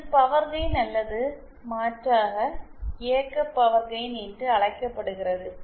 இது power gain அல்லது மாற்றாக இயக்க பவர் கெயின் என்று அழைக்கப்படுகிறது